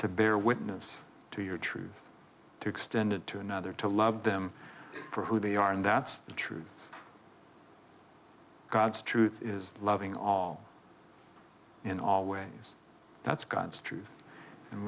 to bear witness to your truth to extended to another to love them for who they are and that's the truth god's truth is loving all in all ways that's god's truth and